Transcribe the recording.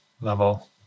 Level